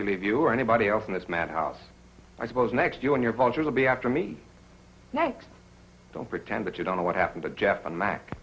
believe you or anybody else in this mad house i suppose next you in your culture will be after me next don't pretend that you don't know what happened to jeff